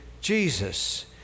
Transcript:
Jesus